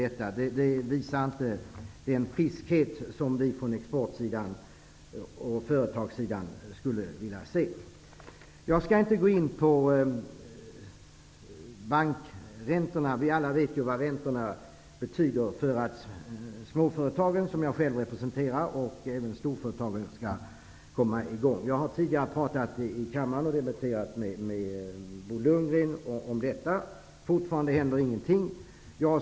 Det visar inte den friskhet vi från exportindustrins sida och företagssidan skulle vilja se. Jag skall inte gå in närmare på bankräntorna. Vi vet alla vad räntorna betyder för att småföretagen -- som jag själv representerar -- liksom även storföretagen skall komma i gång. Jag har tidigare debatterat med Bo Lundgren här i kammaren om detta. Fortfarande händer ingenting.